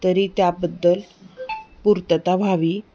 तरी त्याबद्दल पूर्तता व्हावी